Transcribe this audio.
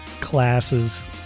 classes